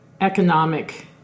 economic